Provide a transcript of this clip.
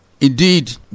Indeed